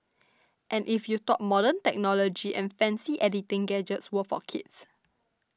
and if you thought modern technology and fancy editing gadgets were for kids